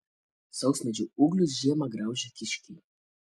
sausmedžių ūglius žiemą graužia kiškiai